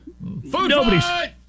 Nobody's